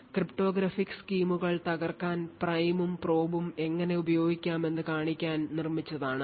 cryptographic സ്കീമുകൾ തകർക്കാൻ പ്രൈമും പ്രോബും എങ്ങനെ ഉപയോഗിക്കാമെന്ന് കാണിക്കാൻ നിർമ്മിച്ചതാണ്